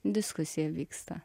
diskusija vyksta